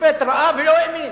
השופט ראה ולא האמין.